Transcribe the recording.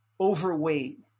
overweight